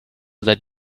that